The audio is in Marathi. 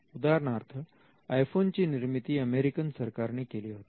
उदाहरणार्थ आयफोनची निर्मिती अमेरिकन सरकारने केली होती